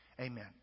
Amen